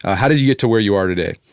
ah how did you get to where you are today?